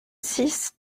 six